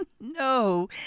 No